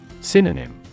Synonym